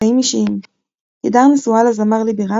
חיים אישיים תדהר נשואה לזמר לי בירן,